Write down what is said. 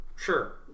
Sure